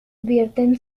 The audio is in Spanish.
vierten